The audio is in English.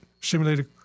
simulated